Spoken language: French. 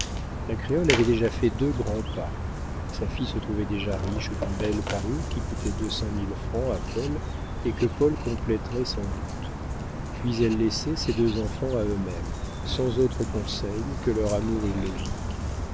la créole avait déjà fait deux grands pas sa fille se trouvait déjà riche d'une belle parure qui coûtait deux cent mille francs à paul et que paul compléterait sans doute puis elle laissait ces deux enfants à eux-mêmes sans autre conseil que leur amour illogique